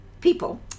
people